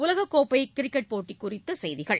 உலக கோப்பை கிரிக்கெட் போட்டி குறித்த செய்திகள்